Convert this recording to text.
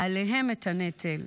עליהם את הנטל.